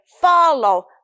follow